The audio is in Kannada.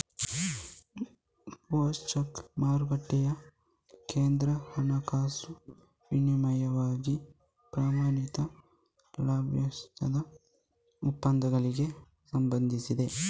ಫ್ಯೂಚರ್ಸ್ ಮಾರುಕಟ್ಟೆಯು ಕೇಂದ್ರ ಹಣಕಾಸು ವಿನಿಮಯವಾಗಿದ್ದು, ಪ್ರಮಾಣಿತ ಭವಿಷ್ಯದ ಒಪ್ಪಂದಗಳಿಗೆ ಸಂಬಂಧಿಸಿದೆ